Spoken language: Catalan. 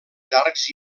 llargs